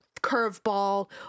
curveball